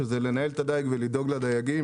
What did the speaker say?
שזה לנהל את הדיג ולדאוג לדייגים,